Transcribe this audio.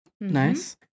Nice